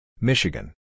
Michigan